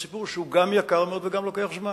סיפור שהוא גם יקר מאוד וגם לוקח זמן.